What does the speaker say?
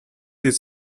their